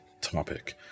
topic